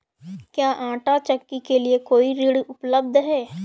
क्या आंटा चक्की के लिए कोई ऋण उपलब्ध है?